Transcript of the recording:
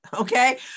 Okay